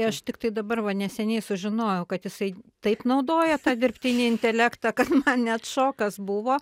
aš tiktai dabar va neseniai sužinojau kad jisai taip naudoja tą dirbtinį intelektą kad man net šokas buvo